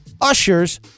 ushers